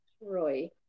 Roy